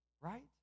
right